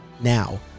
Now